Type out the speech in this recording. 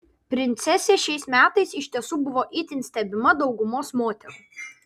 princesė šiais metais iš tiesų buvo itin stebima daugumos moterų